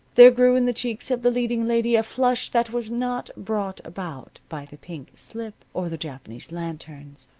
there grew in the cheeks of the leading lady a flush that was not brought about by the pink slip, or the japanese lanterns,